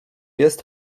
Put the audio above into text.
jest